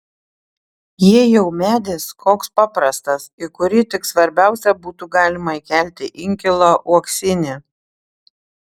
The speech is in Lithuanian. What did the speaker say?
jei jau medis koks paprastas į kurį tik svarbiausia būtų galima įkelti inkilą uoksinį